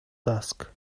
dusk